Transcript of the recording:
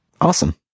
Awesome